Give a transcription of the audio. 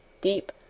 deep